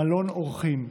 מלון אורחים,